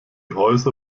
häuser